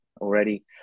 already